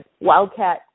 Wildcat